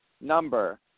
number